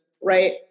right